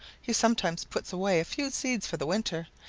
he sometimes puts away a few seeds for the winter,